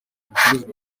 bicuruzwa